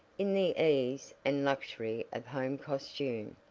in the ease and luxury of home costume,